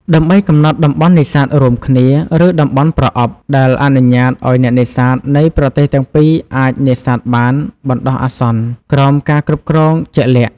ដើម្បីកំណត់តំបន់នេសាទរួមគ្នា ឬតំបន់ ប្រអប់ ដែលអនុញ្ញាតឱ្យអ្នកនេសាទនៃប្រទេសទាំងពីរអាចនេសាទបានបណ្តោះអាសន្នក្រោមការគ្រប់គ្រងជាក់លាក់។